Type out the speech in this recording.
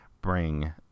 bring